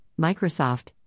Microsoft